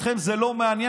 אתכם זה לא מעניין.